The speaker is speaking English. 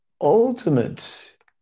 ultimate